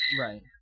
Right